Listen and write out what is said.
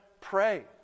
pray